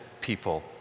people